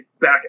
back